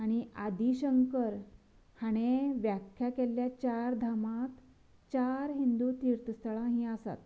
आनी आदी शंकर हाणे व्याख्यां केल्या चार धामांक चार हिन्दू तिर्थ स्थळां ही आसात